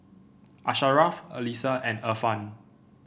Asharaff Alyssa and Irfan